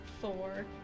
four